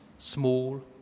small